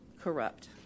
corrupt